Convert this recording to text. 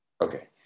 Okay